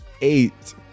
eight